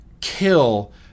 kill